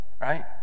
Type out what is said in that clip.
right